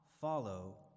follow